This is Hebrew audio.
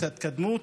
את ההתקדמות,